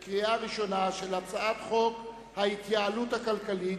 את חוק הבחירה הישירה שתוקפו יחל רק מהכנסת השבע-עשרה.